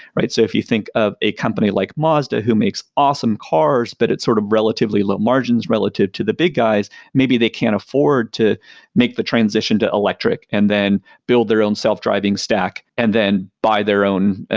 right? so if you think of a company like mazda who makes awesome cars, but it's sort of relatively margins relative to the big guys, maybe they can afford to make the transition to electric and then build their own self-driving stack and then buy their own,